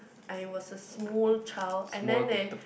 I was a small child and then they